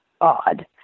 odd